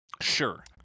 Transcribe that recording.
Sure